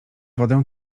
wodę